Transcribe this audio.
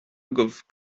agaibh